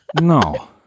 No